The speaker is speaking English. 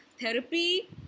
therapy